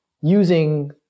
using